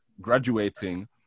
graduating